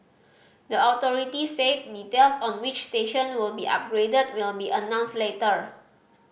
the authority said details on which station would be upgraded will be announced later